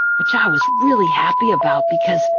which i was really happy about because,